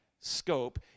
scope